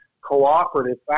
cooperative